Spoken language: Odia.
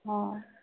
ହଁ